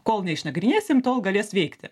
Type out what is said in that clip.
kol neišnagrinėsim to galės veikti